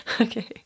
Okay